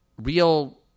real